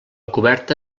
coberta